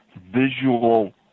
visual